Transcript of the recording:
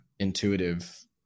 intuitive